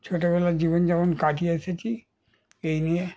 ছোটবেলার জীবনযাপন কাটিয়ে এসেছি এই নিয়ে